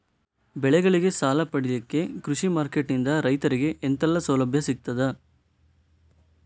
ಬೆಳೆಗಳಿಗೆ ಸಾಲ ಪಡಿಲಿಕ್ಕೆ ಕೃಷಿ ಮಾರ್ಕೆಟ್ ನಿಂದ ರೈತರಿಗೆ ಎಂತೆಲ್ಲ ಸೌಲಭ್ಯ ಸಿಗ್ತದ?